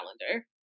calendar